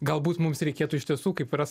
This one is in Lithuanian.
galbūt mums reikėtų iš tiesų kaip yra